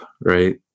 right